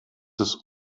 ist